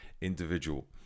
individual